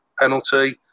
penalty